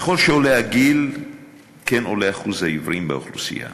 ככל שעולה הגיל כן עולה אחוז העיוורים באוכלוסייה.